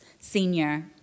senior